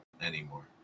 anymore